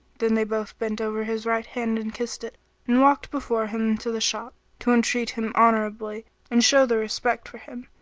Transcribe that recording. then they both bent over his right hand and kissed it and walked before him to the shop, to entreat him honourably and show their respect for him,